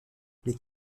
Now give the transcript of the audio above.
les